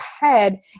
head